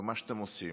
ומה שאתם עושים,